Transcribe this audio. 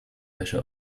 wäsche